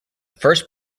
first